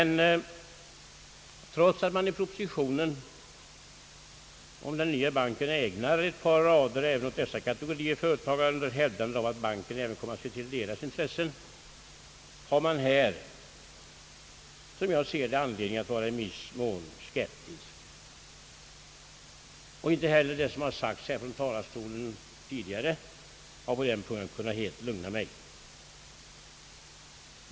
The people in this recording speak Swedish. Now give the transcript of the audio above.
Trots att man i propositionen om den nya banken ägnar ett par rader även åt dessa kategorier företagare, under framhållande av att banken även kommer att se till deras intressen, finns det här anledning att vara i viss mån skeptisk. Inte heller det som har sagts från denna talarstol tidigare har helt kunnat lugna mig.